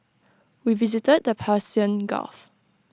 we visited the Persian gulf